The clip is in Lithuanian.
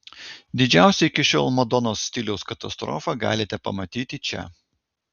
didžiausią iki šiol madonos stiliaus katastrofą galite pamatyti čia